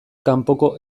kanpoko